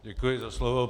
Děkuji za slovo.